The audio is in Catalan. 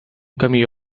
camió